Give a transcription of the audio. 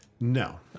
No